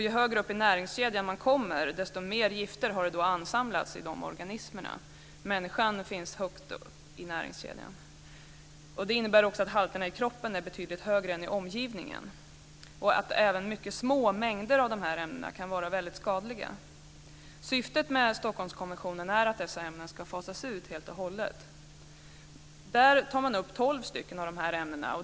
Ju högre upp i näringskedjan man kommer desto mer gifter har det ansamlats i organismerna. Människan finns högt upp i näringskedjan. Det innebär också att halterna i kroppen är betydligt högre än i omgivningen och att även mycket små mängder av de här ämnena kan vara väldigt skadliga. Syftet med Stockholmskonventionen är att dessa ämnen ska fasas ut helt och hållet. Där tar man upp tolv av de här ämnena.